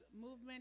movement